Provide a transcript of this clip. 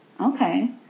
Okay